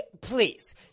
please